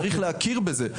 צריך להכיר בזה.